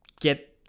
Get